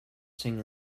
sing